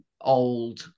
old